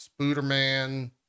spooderman